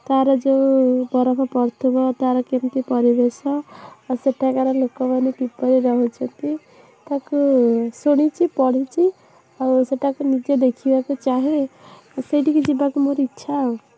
ତା'ର ଯେଉଁ ବରଫ ପଡ଼ୁଥିବ ତା'ର କେମିତି ପରିବେଶ ଆଉ ସେଠାକାର ଲୋକମାନେ କିପରି ରହୁଛନ୍ତି ତାକୁ ଶୁଣିଛି ପଢ଼ିଛି ଆଉ ସେଇଟାକୁ ନିଜେ ଦେଖିବାକୁ ଚାହେଁ ଆଉ ସେଇଠିକି ଯିବାକୁ ମୋର ଇଚ୍ଛା ଆଉ